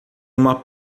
uma